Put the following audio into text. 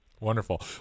Wonderful